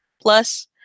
plus